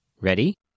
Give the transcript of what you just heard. Ready